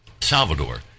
Salvador